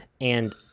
and-